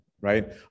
right